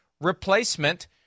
replacement